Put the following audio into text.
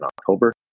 October